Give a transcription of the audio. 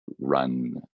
run